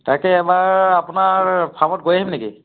তাকে এবাৰ আপোনাৰ ফাৰ্মত গৈ আহিম নেকি